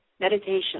Meditation